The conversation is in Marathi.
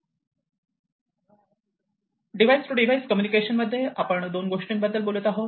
डिवाइस टू डिवाइस कम्युनिकेशन मध्ये आपण दोन गोष्टींबद्दल बोलत आहोत